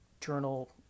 journal